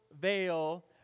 veil